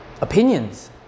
opinions